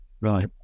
Right